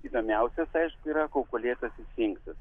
įdomiausias aišku yra kaukolėtasis sfinskas